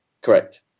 Correct